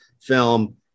film